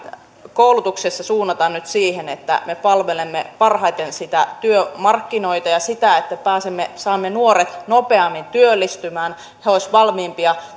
koulutuksessa suunnata nyt siihen että me palvelemme parhaiten työmarkkinoita ja sitä että saamme nuoret nopeammin työllistymään he olisivat valmiimpia